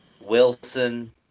Wilson